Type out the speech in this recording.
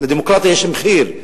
לדמוקרטיה יש מחיר,